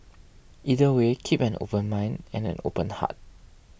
either way keep an open mind and an open heart